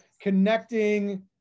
connecting